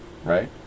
Right